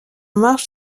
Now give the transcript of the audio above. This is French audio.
marge